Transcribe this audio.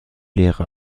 lehre